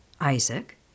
Isaac